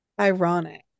ironic